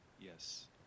yes